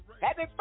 happy